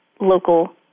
local